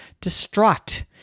distraught